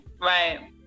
right